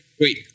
wait